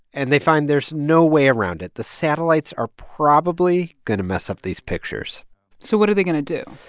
and they find there's no way around it. the satellites are probably going to mess up these pictures so what are they going to do?